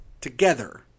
together